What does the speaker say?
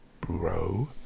bro